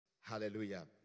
Hallelujah